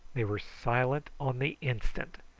they were silent on the instant,